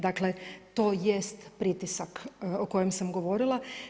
Dakle, to jest pritisak o kojem sam govorila.